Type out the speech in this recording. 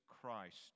Christ